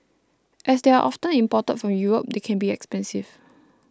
as they are often imported from Europe they can be expensive